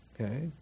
Okay